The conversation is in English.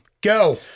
Go